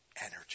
energy